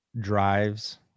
drives